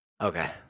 Okay